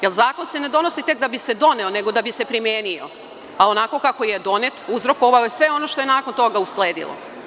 Jer, zakon se ne donosi tek da bi se doneo, nego da bi se primenio, a onako kako je donet, uzrokovao je sve ono što je nakon toga usledilo.